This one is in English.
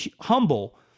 humble